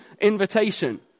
invitation